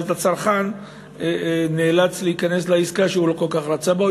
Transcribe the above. ואז הצרכן נאלץ להיכנס לעסקה שהוא לא כל כך רצה בה,